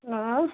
hello